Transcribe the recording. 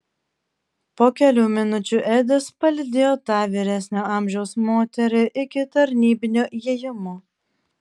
po kelių minučių edis palydėjo tą vyresnio amžiaus moterį iki tarnybinio įėjimo